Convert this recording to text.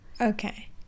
Okay